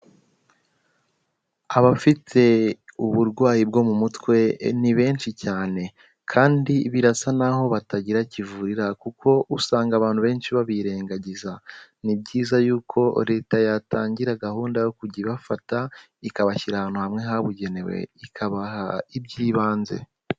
Abafite uburwayi bwo mu mutwe ni benshi cyane, kandi birasa n'aho batagira kivurira kuko usanga abantu benshi babirengagiza, ni byiza yuko Leta yatangira gahunda yo kujya ibafata ikabashyira ahantu hamwe habugenewe, ikabaha iby'ibanze.